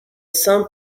saint